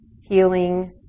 healing